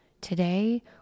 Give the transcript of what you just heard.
today